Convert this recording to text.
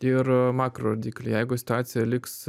ir makro rodikliai jeigu situacija liks